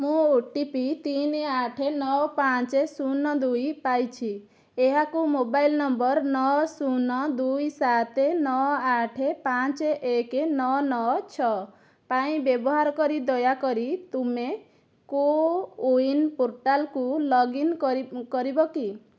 ମୁଁ O T P ତିନି ଆଠ ନଅ ପାଞ୍ଚ ଶୂନ ଦୁଇ ପାଇଛି ଏହାକୁ ମୋବାଇଲ ନମ୍ବର ନଅ ଶୂନ ଦୁଇ ସାତ ନଅ ଆଠ ପାଞ୍ଚ ଏକ ନଅ ନଅ ଛଅ ପାଇଁ ବ୍ୟବହାର କରି ଦୟାକରି ତୁମେ କୋୱିନ ପୋର୍ଟାଲକୁ ଲଗ୍ଇନ କରିବ କରିବ କି